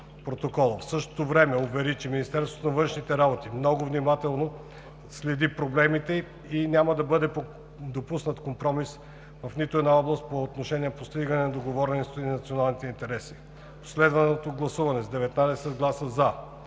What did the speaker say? В същото време увери, че в Министерството на външните работи много внимателно се следят проблемите и няма да бъде допуснат компромис в нито една област по отношение на постигнатите договорености и националните интереси. В последвалото гласуване с 19 гласа „за“,